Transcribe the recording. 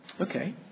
Okay